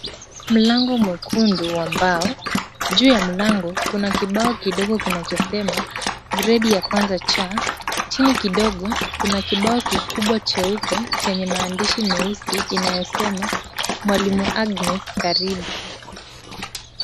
Mlango mwekundu wa mbao, juu ya mlango kuna kibao kidogo kinachosema gredi ya kwanza C. Chini kidogo kuna kibao kikubwa cheupe chenye maandishi nyeusi inayosema 'mwalimu Agnes karibu'.